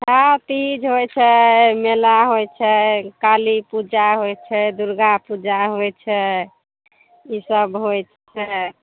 हँ तीज होइ छै मेला होइ छै काली पूजा होइ छै दुर्गा पूजा होइ छै ई सब होइ छै